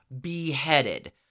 beheaded